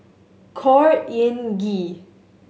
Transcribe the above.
Khor Ean Ghee